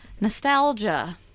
Nostalgia